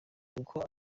kuko